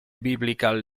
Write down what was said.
biblical